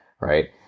Right